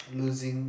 losing